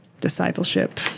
discipleship